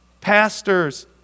pastors